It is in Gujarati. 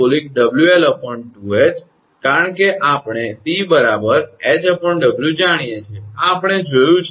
કારણ કે આપણે 𝑐 𝐻𝑊 જાણીએ છીએ આ આપણે જોયું છે તેથી 𝑙 2𝑐sinh𝐿2𝑐